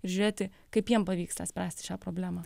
ir žiūrėti kaip jiem pavyksta spręsti šią problemą